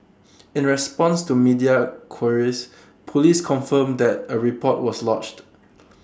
in response to media queries Police confirmed that A report was lodged